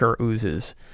oozes